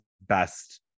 best